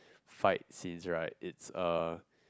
fight scenes right it's a